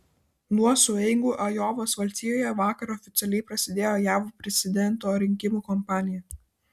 nuo sueigų ajovos valstijoje vakar oficialiai prasidėjo jav prezidento rinkimų kampanija